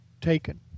taken